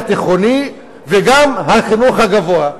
התיכוני וגם החינוך הגבוה,